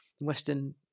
Western